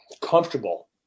comfortable